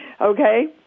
Okay